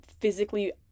physically